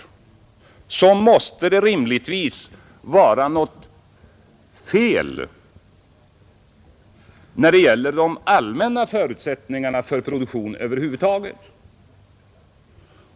Det måste rimligtvis vara något fel när det gäller de allmänna förutsättningarna för produktion över huvud taget.